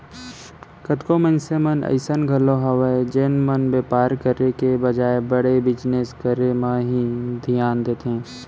कतको मनसे मन अइसन घलौ हवय जेन मन बेपार करे के बजाय बड़े बिजनेस करे म ही धियान देथे